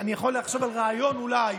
אני יכול לחשוב על רעיון, אולי